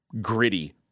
gritty